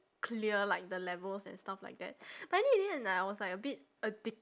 clear like the levels and stuff like that but I think in the end I was like a bit addict~